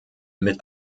mit